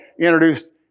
introduced